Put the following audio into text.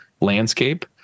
landscape